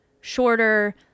shorter